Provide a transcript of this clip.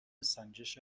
سنجش